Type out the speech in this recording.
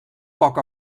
poc